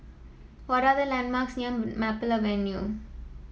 what are the landmarks near Maple Avenue